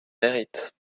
hérite